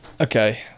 Okay